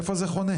איפה זה חונה?